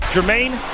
Jermaine